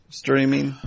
streaming